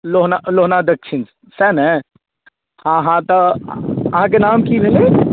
लोहना लोहना दक्षिण सएह ने हँ हँ तऽ अहाँके नाम की भेलै